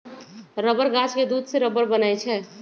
rubber गाछ के दूध से रबर बनै छै